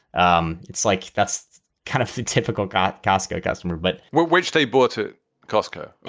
um it's like that's kind of typical got costco customer, but which they bought to costco,